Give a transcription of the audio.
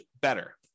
better